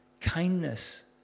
kindness